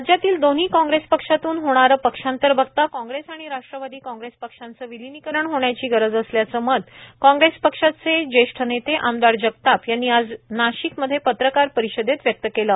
राज्यातील दोन्ही कॉग्रेस पक्षातून होणारे पक्षांतर बघता काँग्रेस आणि राष्ट्रवादी काँग्रेस पक्षांचे विलीनीकरण होण्याची गरज असल्याचे मत काँग्रेस पक्षाचे जेष्ठ नेते आमदार जगताप यांनी आज नाशिक मध्ये पत्रकार परिषदेत व्यक्त केले